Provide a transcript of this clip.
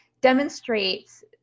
demonstrates